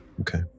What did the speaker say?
Okay